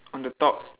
on the top